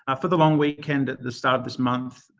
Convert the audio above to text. ah for the long weekend at the start of this month,